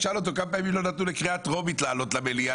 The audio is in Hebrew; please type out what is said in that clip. תשאל אותו כמה פעמים לא נתנו לקריאה טרומית לעלות למליאה.